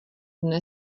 dne